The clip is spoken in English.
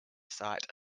site